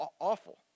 awful